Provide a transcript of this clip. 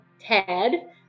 Ted